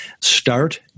Start